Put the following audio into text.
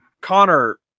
Connor